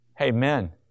Amen